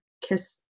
kiss